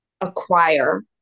Acquire